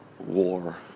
war